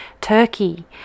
turkey